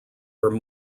are